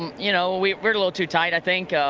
you know we were a little too tight i think.